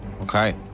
Okay